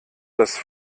das